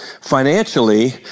financially